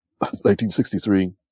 1963